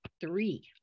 Three